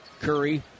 Curry